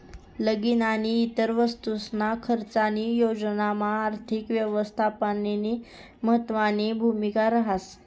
लगीन आणि इतर वस्तूसना खर्चनी योजनामा आर्थिक यवस्थापननी महत्वनी भूमिका रहास